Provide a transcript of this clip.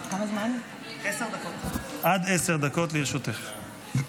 עד עשר דקות לרשותך.